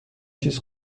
چیز